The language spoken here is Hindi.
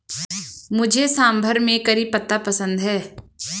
मुझे सांभर में करी पत्ता पसंद है